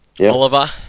Oliver